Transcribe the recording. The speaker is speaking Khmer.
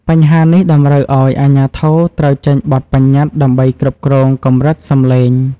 បញ្ហានេះតម្រូវឱ្យអាជ្ញាធរត្រូវចេញបទបញ្ញត្តិដើម្បីគ្រប់គ្រងកម្រិតសំឡេង។